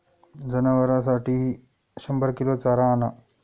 जनावरांसाठी शंभर किलो चारा आणा